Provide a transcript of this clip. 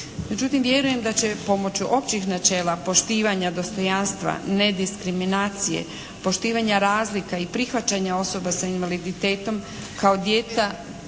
Međutim, vjerujem da će pomoću općih načela poštivanja dostojanstva, nediskriminacije, poštivanja razlika i prihvaćanja osoba sa invaliditetom kao dijela